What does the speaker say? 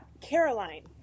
Caroline